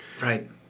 Right